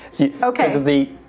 Okay